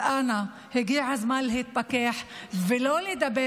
אז אנא, הגיע הזמן להתפכח ולא לדבר.